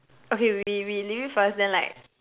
okay we we we leave it first then like